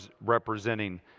representing